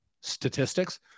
statistics